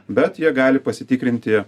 bet jie gali pasitikrinti